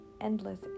endless